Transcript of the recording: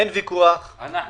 אנחנו מ-48'.